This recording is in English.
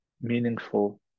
meaningful